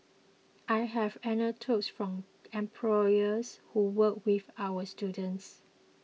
I have anecdotes from employers who work with our students